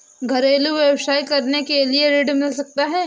घरेलू व्यवसाय करने के लिए ऋण मिल सकता है?